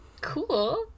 Cool